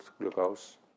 glucose